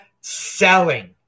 selling